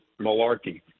malarkey